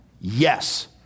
Yes